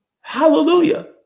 Hallelujah